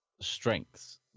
strengths